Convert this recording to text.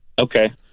Okay